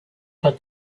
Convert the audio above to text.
but